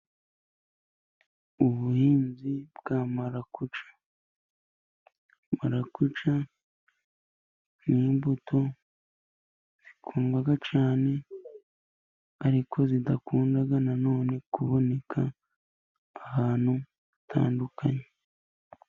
Ubuhinzi bwa mararakuja, marakuja ni imbuto zikundwa cyane, ariko zidakunda na none kuboneka ahantu hatandukanye.